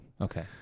Okay